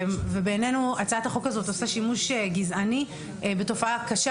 בעינינו הצעת החוק הזאת עושה שימוש גזעני בתופעה קשה